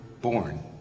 born